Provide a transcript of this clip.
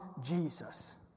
Jesus